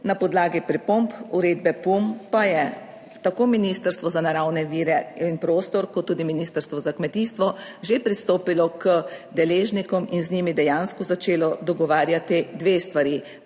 na podlagi pripomb uredbe PUM pa je tako Ministrstvo za naravne vire in prostor kot tudi Ministrstvo za kmetijstvo že pristopilo k deležnikom in z njimi dejansko začelo dogovarjati dve stvari.